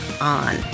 on